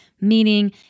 meaning